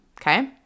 Okay